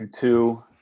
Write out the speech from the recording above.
two